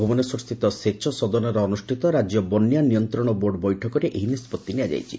ଭୁବନେଶ୍ୱର ସ୍ଥିତ ସେଚ ସଦନରେ ଅନୁଷ୍ଷିତ ରାଜ୍ୟ ବନ୍ୟା ନିୟନ୍ତଣ ବୋର୍ଡ ବୈଠକରେ ଏହି ନିଷ୍ବତ୍ତି ନିଆଯାଇଛି